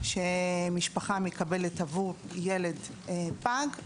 שמשפחה מקבלת עבור ילד פג.